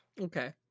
Okay